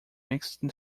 mixed